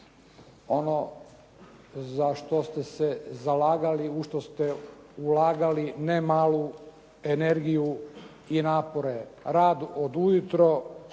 ono za što ste se zalagali, u što ste ulagali, ne malu energiju i napore, rad od ujutro